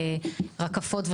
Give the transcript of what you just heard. רקפות,